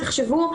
תחשבו,